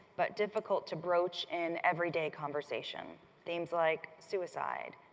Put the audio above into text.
but difficult to broach in everyday conversation. themes like suicide,